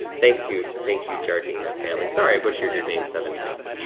thank you thank you giardina family. sorry, i butchered your name seven times.